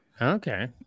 Okay